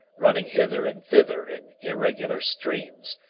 running hither and thither in irregular streams,